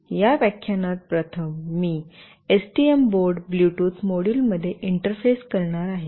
या व्याख्यानात प्रथम मी एसटीएम बोर्ड ब्लूटूथ मॉड्यूलमध्ये इंटरफेस करणार आहे